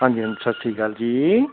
ਹਾਂਜੀ ਹਾਂਜੀ ਸਤਿ ਸ਼੍ਰੀ ਅਕਾਲ ਜੀ